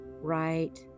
right